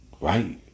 right